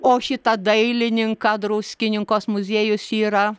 o šitą dailininką druskininkuos muziejus yra